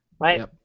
right